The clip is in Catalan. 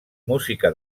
música